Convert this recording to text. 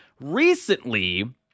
Recently